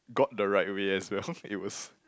got the right way as well it was